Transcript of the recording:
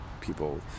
people